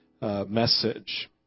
message